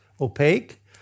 opaque